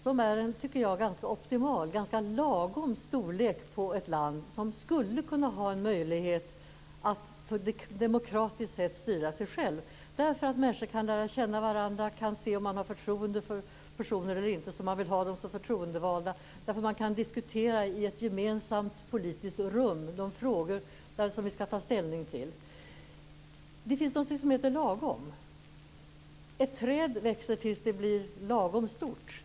Det är, tycker jag, en ganska lagom storlek på ett land som skulle kunna ha möjlighet att på ett demokratiskt sätt styra sig själv. Människor kan lära känna varandra, man kan se om man har förtroende för personer eller inte så att man vet om man vill ha dem som förtroendevalda. Man kan i ett gemensamt politiskt rum diskutera de frågor man skall ta ställning till. Det finns något som heter lagom. Ett träd växer tills det blir lagom stort.